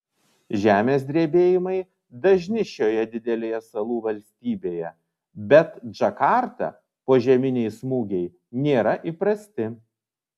žemės drebėjimai dažni šioje didelėje salų valstybėje bet džakartą požeminiai smūgiai nėra įprasti